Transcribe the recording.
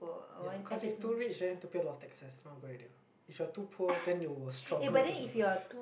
ya cause if too rich then you have to pay a lot of taxes not good already what if you're too poor then you will struggle to survive